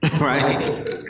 Right